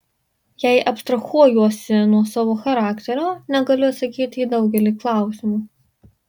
jei abstrahuojuosi nuo savo charakterio negaliu atsakyti į daugelį klausimų